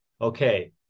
okay